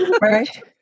Right